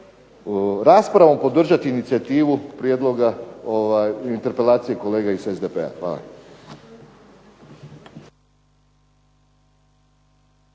raspravom podržati inicijativu prijedloga interpelacije kolege iz SDP-a. Hvala.